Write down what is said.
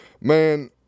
man